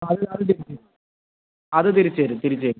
അത് അത് തിരിച്ചുതരും അത് തിരിച്ചുതരും തിരിച്ചുതരും